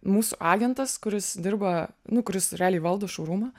mūsų agentas kuris dirba nu kuris realiai valdo šourumą